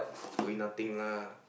doing nothing lah